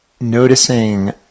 noticing